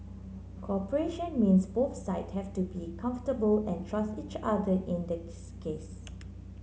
cooperation means both side have to be comfortable and trust each other in this case